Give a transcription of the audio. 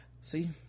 See